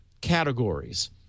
categories